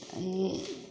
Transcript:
ई